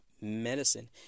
medicine